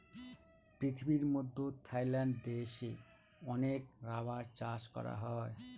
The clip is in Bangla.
পৃথিবীর মধ্যে থাইল্যান্ড দেশে অনেক রাবার চাষ করা হয়